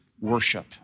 worship